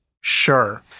Sure